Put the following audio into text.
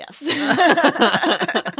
yes